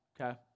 okay